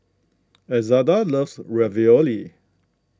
Elzada loves Ravioli